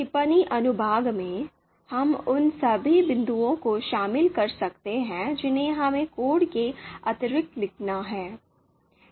टिप्पणी अनुभाग में हम उन सभी बिंदुओं को शामिल कर सकते हैं जिन्हें हमें कोड के अतिरिक्त लिखना है